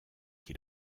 qui